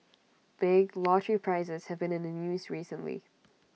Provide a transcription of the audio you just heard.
big lottery prizes have been in the news recently